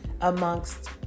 amongst